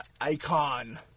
icon